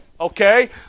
okay